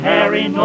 Harry